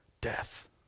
death